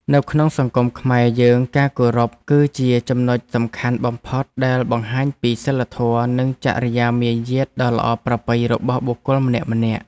នៅក្នុងសង្គមខ្មែរយើងការគោរពគឺជាចំណុចសំខាន់បំផុតដែលបង្ហាញពីសីលធម៌និងចរិយាមារយាទដ៏ល្អប្រពៃរបស់បុគ្គលម្នាក់ៗ។